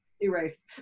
erase